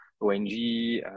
ONG